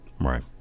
Right